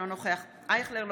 אינו נוכח ישראל אייכלר,